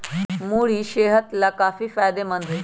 मूरी सेहत लाकाफी फायदेमंद हई